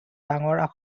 ডাঙৰ